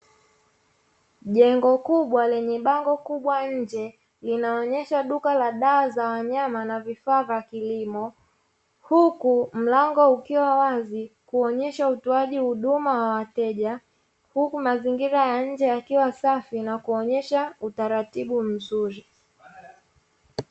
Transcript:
Jengo kubwa lenye bango kubwa nche linaonyesha picha za vifaa huku mazingira ya nche yakiwa safi na kuonyesha utaratibu mzuri